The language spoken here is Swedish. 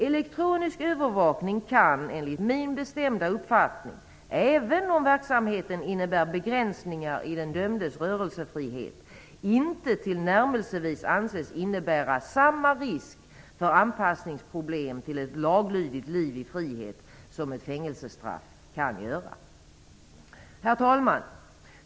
Elektronisk övervakning kan, enligt min bestämda uppfattning, även om verksamheten innebär begränsningar i den dömdes rörelsefrihet inte tillnärmelsevis anses innebära samma risk för anpassningsproblem till ett laglydigt liv i frihet som ett fängelsestraff kan göra. Herr talman!